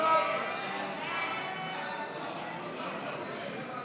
סעיפים 1 2 נתקבלו.